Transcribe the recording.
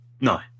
No